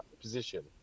position